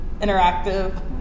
interactive